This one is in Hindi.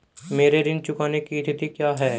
मेरे ऋण चुकाने की तिथि क्या है?